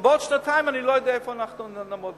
ובעוד שנתיים אני לא יודע איפה אנחנו נעמוד.